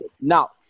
Now